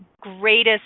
greatest